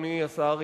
אדוני השר.